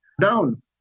down